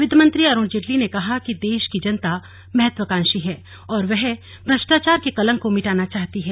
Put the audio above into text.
वित्तमंत्री अरूण जेटली ने कहा कि देश की जनता महत्वाकांक्षी है और वह भ्रष्टाचार के कलंक को मिटाना चाहती है